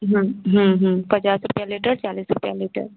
पचास रुपया लीटर चालीस रुपया लीटर